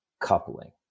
coupling